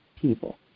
people